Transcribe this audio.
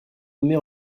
nommée